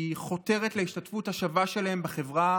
היא חותרת להשתתפות השווה שלהם בחברה